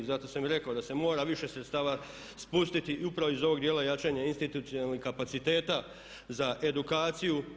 Zato sam i rekao da se mora više sredstava spustiti upravo i iz ovog dijela jačanja institucionalnih kapaciteta za edukaciju.